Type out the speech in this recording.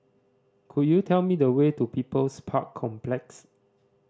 could you tell me the way to People's Park Complex